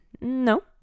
No